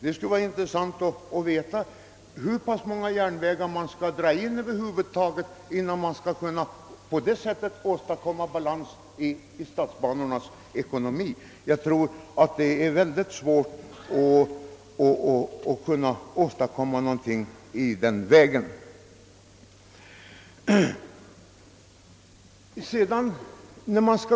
Det skulle vara intressant att veta hur många järnvägar som över huvud taget behöver dras in innan balans kan åstadkommas i statsbanornas ekonomi. Jag tror emellertid att det blir mycket svårt att komma någonstans på denna väg.